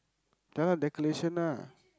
ya lah decoration lah